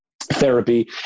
therapy